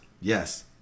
Yes